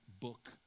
book